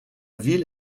ville